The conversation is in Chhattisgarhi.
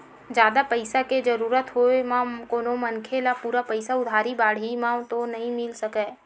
जादा पइसा के जरुरत होय म कोनो मनखे ल पूरा पइसा उधारी बाड़ही म तो नइ मिल सकय